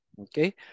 Okay